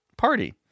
party